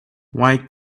why